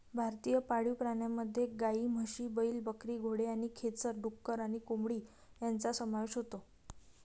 भारतीय पाळीव प्राण्यांमध्ये गायी, म्हशी, बैल, बकरी, घोडे आणि खेचर, डुक्कर आणि कोंबडी यांचा समावेश होतो